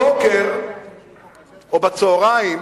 בצהריים,